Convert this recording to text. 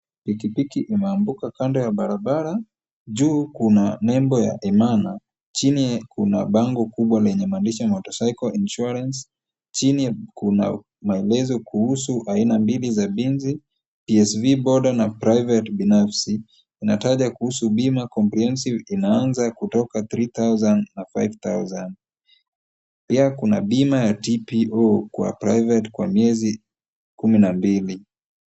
Pikipiki imeanguka kando ya barabara. Juu kuna nembo ya Imana, chini kuna bango kubwa lenye maandishi motocycle insurance . Chini kuna maelezo kuhusu aina mbili za bima, PSV boarder na private , binafsi. Inataja kuhusu bima comprehensive , inaanza kutoka three thousand na five thousand , pia kuna bima ya TPO kwa private kwa miezi kumi na mbili.